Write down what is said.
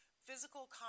physical